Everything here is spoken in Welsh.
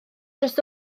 dros